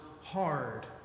hard